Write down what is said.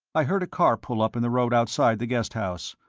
i heard a car pulled up in the road outside the guest house.